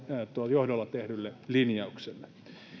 johdolla tehdylle linjaukselle jossa asetetaan lapsen etu